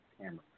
camera